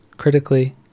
critically